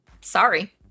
Sorry